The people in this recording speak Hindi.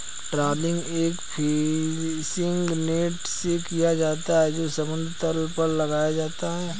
ट्रॉलिंग एक फिशिंग नेट से किया जाता है जो समुद्र तल पर लगाया जाता है